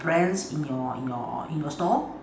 brands in your in your in your store